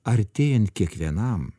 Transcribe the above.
artėjant kiekvienam